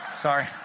Sorry